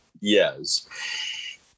Yes